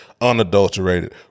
unadulterated